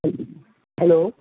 hello